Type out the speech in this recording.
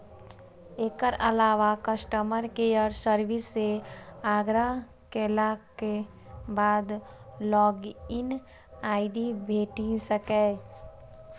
एकर अलावा customer care service सं आग्रह केलाक बाद लॉग इन आई.डी भेटि सकैए